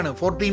14